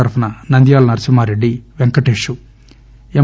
తరఫున నంద్యాల నరసింహారెడ్డి పెంకటేశ్ ఎం